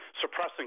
suppressing